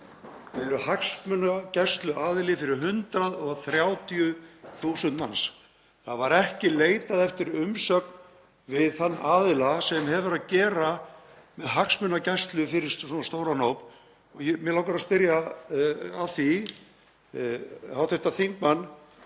þetta er hagsmunagæsluaðili fyrir 130.000 manns. Það var ekki leitað eftir umsögn við þann aðila sem hefur að gera með hagsmunagæslu fyrir svona stóran hóp og mig langar að spyrja hv. þingmann